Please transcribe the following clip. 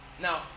Now